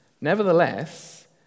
Nevertheless